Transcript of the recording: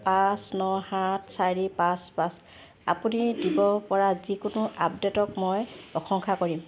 পাঁচ ন সাত চাৰি পাঁচ পাঁচ আপুনি দিবপৰা যিকোনো আপডে'টক মই প্ৰশংসা কৰিম